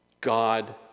God